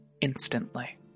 instantly